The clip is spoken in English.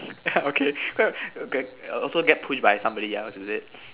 okay cause err also get pushed by somebody else is it